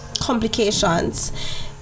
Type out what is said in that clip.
complications